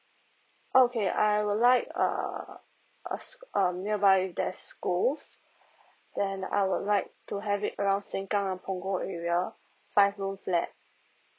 okay I would like err a so um nearby the schools then I would like to have it around sengkang and punggol area five room flat